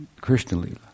Krishna-lila